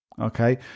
Okay